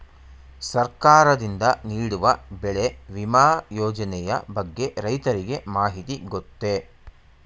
ಸರ್ಕಾರದಿಂದ ನೀಡುವ ಬೆಳೆ ವಿಮಾ ಯೋಜನೆಯ ಬಗ್ಗೆ ರೈತರಿಗೆ ಮಾಹಿತಿ ಗೊತ್ತೇ?